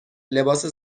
لباس